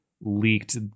leaked